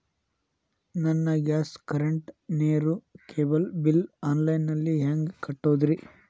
ನನ್ನ gas, current, ನೇರು, cable bill online ನಲ್ಲಿ ಹೆಂಗ್ ಕಟ್ಟೋದ್ರಿ?